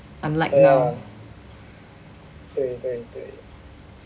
unlike now